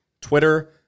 Twitter